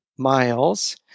miles